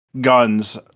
guns